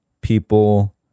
people